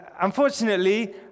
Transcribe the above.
unfortunately